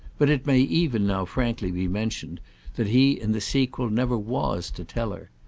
but it may even now frankly be mentioned that he in the sequel never was to tell her.